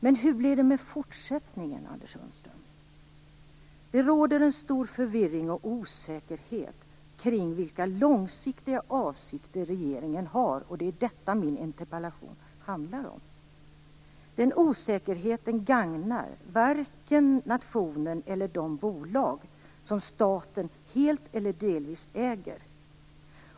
Men hur blir det med fortsättningen, Anders Sundström? Det råder en stor förvirring och osäkerhet kring vilka långsiktiga avsikter regeringen har, och det är detta min interpellation handlar om. Denna osäkerhet gagnar varken nationen eller de bolag som staten helt eller delvis äger.